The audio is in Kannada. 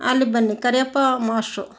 ಅಲ್ಲಿಗೆ ಬನ್ನಿ ಕರಿಯಪ್ಪ ಮಾಷ್ಟ್ರು